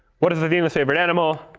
what is athena's favorite animal?